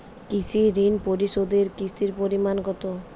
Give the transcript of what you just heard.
কৃষি ঋণ পরিশোধের কিস্তির পরিমাণ কতো?